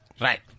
Right